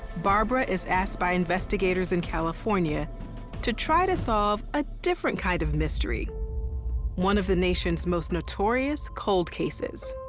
barbara is asked by investigators in california to try to solve a different kind of mystery one of the nation's most notorious cold cases.